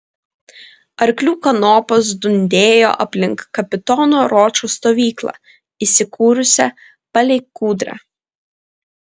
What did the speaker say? arklių kanopos dundėjo aplink kapitono ročo stovyklą įsikūrusią palei kūdrą